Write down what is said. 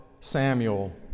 Samuel